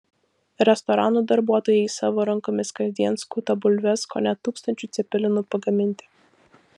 restoranų darbuotojai savo rankomis kasdien skuta bulves kone tūkstančiui cepelinų pagaminti